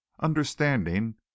understanding